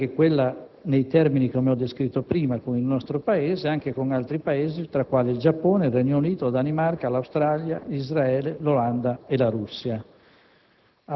oltre che quella nei termini come ho descritto prima con il nostro Paese, anche con altri Paesi tra i quali il Giappone, il Regno Unito, la Danimarca, l'Australia, Israele, l'Olanda e la Russia.